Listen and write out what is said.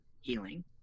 healing